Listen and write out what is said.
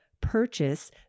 purchase